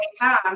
Time